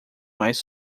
mais